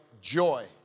joy